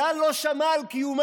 כלל לא שמע על קיומה.